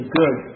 good